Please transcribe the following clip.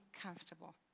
comfortable